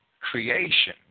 creation